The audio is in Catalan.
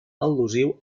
al·lusiu